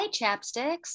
Chapsticks